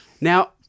Now